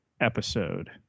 episode